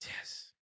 Yes